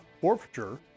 forfeiture